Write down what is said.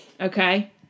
okay